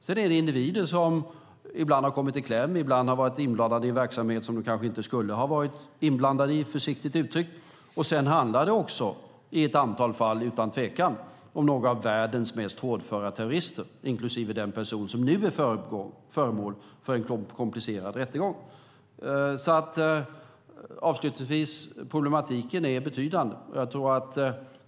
Det finns individer som ibland har kommit i kläm och som ibland har varit inblandade i en verksamhet som de kanske inte skulle ha varit inblandade i, försiktigt uttryckt. Det handlar också i ett antal fall utan tvekan om några av världens mest hårdföra terrorister, inklusive den person som nu är föremål för en komplicerad rättegång. Avslutningsvis vill jag säga att problematiken är betydande.